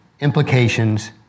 implications